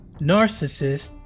narcissist